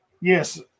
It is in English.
Yes